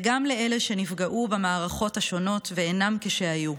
וגם את אלה שנפגעו במערכות ישראל השונות ואינם כשהיו.